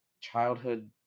childhood